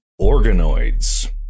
organoids